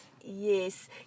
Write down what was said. Yes